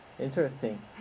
Interesting